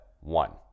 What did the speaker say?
one